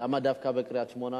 למה דווקא בקריית-שמונה?